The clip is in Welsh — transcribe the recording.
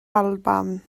alban